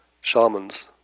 Shamans